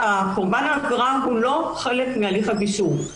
קורבן העבירה הוא לא חלק מהליך הגישור,